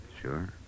Sure